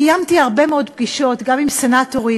קיימתי הרבה מאוד פגישות גם עם סנטורים,